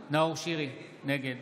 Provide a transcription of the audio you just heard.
שירי, נגד